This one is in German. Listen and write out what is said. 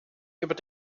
über